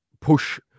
push